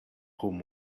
home